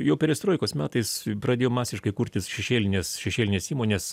jau perestroikos metais pradėjo masiškai kurtis šešėlinės šešėlinės įmonės